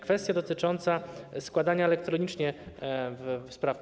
Kwestia dotycząca składania elektronicznie spraw.